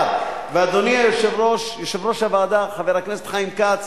אדוני יושב-ראש הוועדה, חבר הכנסת חיים כץ,